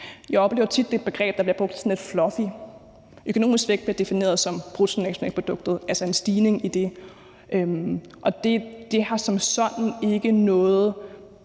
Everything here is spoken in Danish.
tit oplever, at det er et begreb, der bliver brugt sådan lidt fluffy. Økonomisk vækst er defineret som bruttonationalproduktet, altså en stigning i det, og det kan have noget